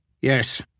Yes